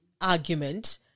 argument